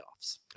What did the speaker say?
playoffs